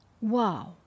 Wow